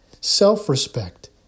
Self-respect